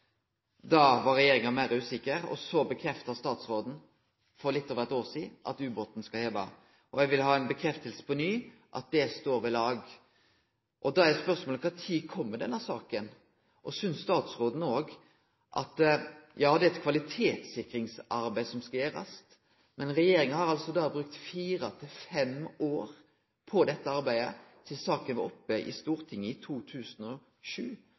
da me behandla saka i Stortinget i 2010 – da var regjeringa meir usikker. Og så bekrefta statsråden for litt over eit år sidan at ubåten skulle hevast. Eg vil ha ei stadfesting på ny på at det står ved lag. Da er spørsmålet: Når kjem denne saka? Ja, det er eit kvalitetssikringsarbeid som skal gjerast, men regjeringa har altså brukt fire–fem år på dette arbeidet sidan saka var oppe i Stortinget i 2007.